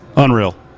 Unreal